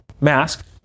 mask